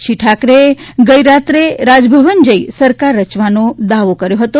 શ્રી ઠાકરેએ ગઇ રાત્રે રાજભવન જઇને સરકાર રચવાનો દાવો કર્યો હતો